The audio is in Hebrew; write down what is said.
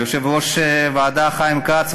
ליושב-ראש הוועדה חיים כץ,